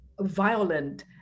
violent